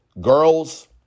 Girls